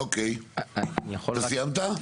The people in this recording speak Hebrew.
אוקיי, סיימת?